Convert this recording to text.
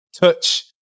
touch